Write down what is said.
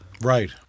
Right